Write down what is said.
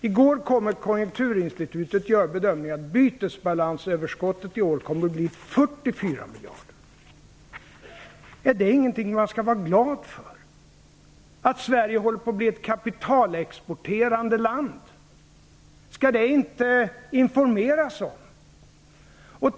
I går gjorde Konjunkturinstitutet bedömningen att bytesbalansöverskottet i år kommer att bli 44 miljarder. Är detta ingenting att vara glad för, att Sverige håller på att bli ett kapitalexporterande land? Skall man inte informera om det?